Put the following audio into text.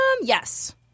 Yes